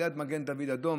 ליד מגן דוד אדום,